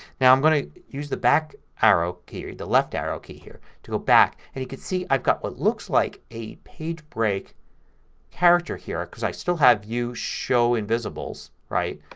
now i'm going to use the back arrow key, the left arrow key here, to go back and you can see i've got what looks like a page break character here, because i still have show invisible, right,